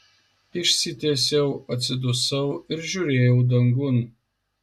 išsitiesiau atsidusau ir žiūrėjau dangun